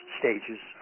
stages